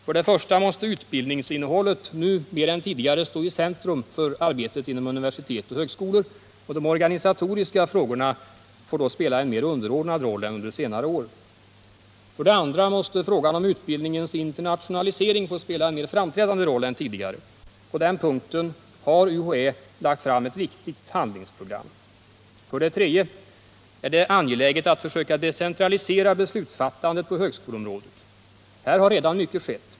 För det första måste utbildningsinnehållet nu mer än tidigare stå i centrum i universitet och högskolor och de organisatoriska frågorna får då spela en mer underordnad roll än under senare år. För det andra måste frågan om utbildningens internationalisering få spela en mer framträdande roll än tidigare. På den punkten har UHÄ lagt fram ett viktigt handlingsprogram. För det tredje är det angeläget att försöka decentralisera beslutsfattandet på högskoleområdet. Här har redan mycket skett.